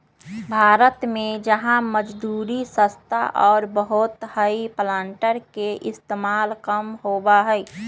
भारत में जहाँ मजदूरी सस्ता और बहुत हई प्लांटर के इस्तेमाल कम होबा हई